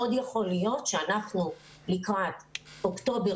מאוד יכול להיות שאנחנו לקראת אוקטובר